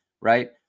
right